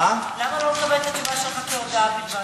למה לא לקבל את התשובה שלך כהודעה בלבד?